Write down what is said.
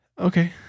Okay